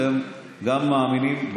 אתם גם מאמינים,